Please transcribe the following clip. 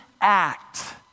act